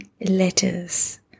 letters